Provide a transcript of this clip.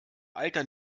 alter